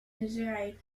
missouri